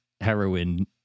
heroin